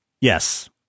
Yes